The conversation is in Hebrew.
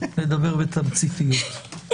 לדבר בתמציתיות.